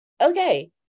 okay